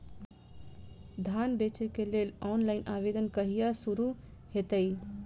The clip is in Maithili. धान बेचै केँ लेल ऑनलाइन आवेदन कहिया शुरू हेतइ?